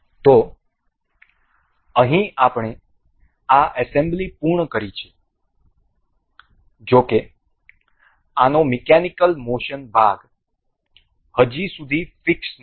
તેથી અહીં આપણે આ એસેમ્બલી પૂર્ણ કરી છે જો કે આનો મિકેનિકલ મોશન ભાગ હજી સુધી ફીક્સ નથી